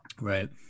Right